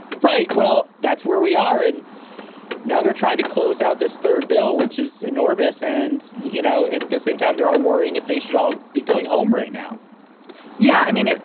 right? well, that's where we are. and now they're trying to close out this third bill, which is enormous. and, you know, at the same time, there are worrying if they should all be going home right now yeah. i mean,